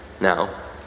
Now